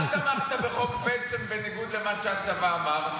תמכת בחוק פלדשטיין, בניגוד למה שהצבא אמר?